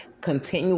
continue